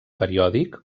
periòdic